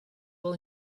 will